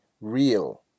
real